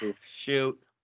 shoot